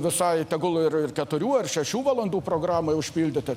visai tegul ir keturių ar šešių valandų programai užpildyti